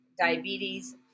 diabetes